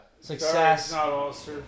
success